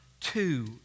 two